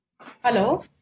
hello